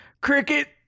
Cricket